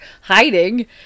hiding